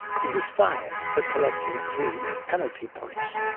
he was fired for collecting three penalty points,